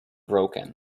broken